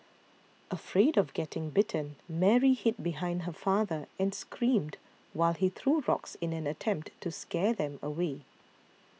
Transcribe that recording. afraid of getting bitten Mary hid behind her father and screamed while he threw rocks in an attempt to scare them away